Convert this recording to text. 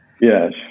Yes